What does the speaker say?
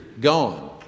Gone